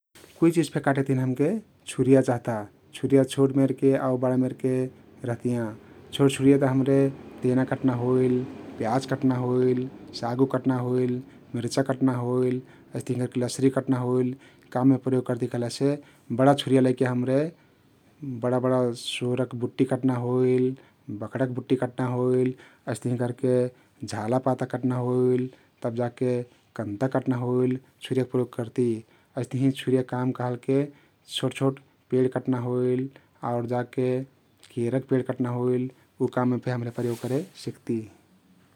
कुइ चिझ फे कटेक तहिन हमके छुरिया चहता । छुरिया छोट मेरके आउ बडा मेरके रहतियाँ । छोट छुरियात हम्रे तेना कट्ना होइल, प्याज कट्ना होइल, सागउग कट्ना होइल, मिर्चा कट्ना होइल, अइस्तहिं करके लसरी कट्ना होइल काममे प्रयोग करती कहलेसे बडा छुरिया लैके हम्रे बडा बडा सोरक बुट्टी कट्ना होइल, बकराक बुट्टी कट्ना अइस्तहिं करके झाला पाता कट्ना होइल, तब जाके कन्ता कट्ना होइल छुरियाक प्रयोग करती । अइस्तहिं छुरियाक काम कहलके छोट छोट पेड कट्ना होइल आउर जाके केरक पेड कट्ना होइल उ काममे फे हम्रे प्रयोग करे सिक्ती ।